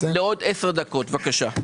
האלה בבקשה.